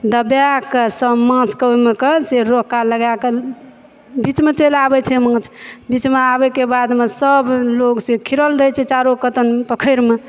दबाए कऽ सब माँछके ओहिमे कऽ से रोका लगाए कऽ बिचमे चलि आबै छै माँछ बिचमे आबैके बादमे सब लोग से खिरल रहै छै चारो कतन पोखैर मे